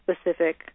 specific